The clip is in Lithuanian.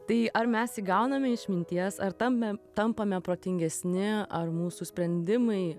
tai ar mes įgauname išminties ar tam tampame protingesni ar mūsų sprendimai